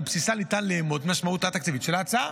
בסיסה ניתן לאמוד משמעותה התקציבית של ההצעה.